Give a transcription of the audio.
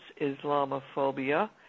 Islamophobia